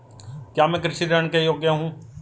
क्या मैं कृषि ऋण के योग्य हूँ?